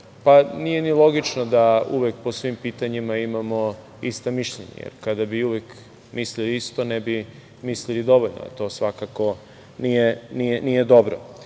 Nije ni logično da uvek po svim pitanjima imamo ista mišljenja, jer kada bi uvek mislili isto, ne bi mislili dovoljno, to svakako nije